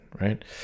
right